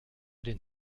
den